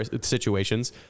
situations